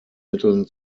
mitteln